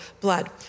blood